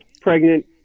pregnant